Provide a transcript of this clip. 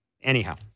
Anyhow